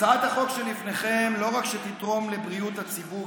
הצעת החוק שלפניכם לא רק שתתרום לבריאות הציבור,